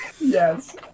yes